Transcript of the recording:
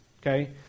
Okay